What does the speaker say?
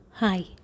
Hi